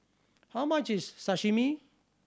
how much is Sashimi